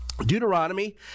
Deuteronomy